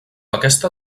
aquesta